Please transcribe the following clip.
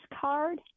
card